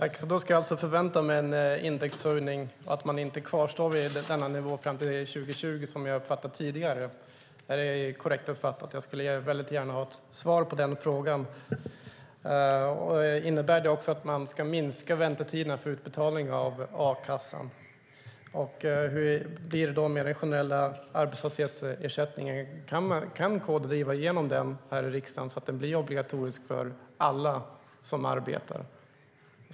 Fru talman! Då ska jag alltså förvänta mig en indexhöjning, att man inte kvarstår vid denna nivå fram till 2020, som jag har uppfattat det tidigare. Är det korrekt uppfattat? Jag skulle väldigt gärna vilja ha ett svar på den frågan. Innebär det också att man ska minska väntetiderna när det gäller utbetalning av ersättning från a-kassan? Hur blir det med den generella arbetslöshetsförsäkringen? Kan Kristdemokraterna driva igenom den här i riksdagen så att den blir obligatorisk för alla som arbetar?